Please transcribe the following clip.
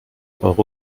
euro